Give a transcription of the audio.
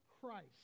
Christ